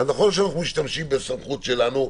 אז נכון שאנחנו משתמשים בסמכות שלנו,